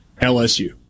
LSU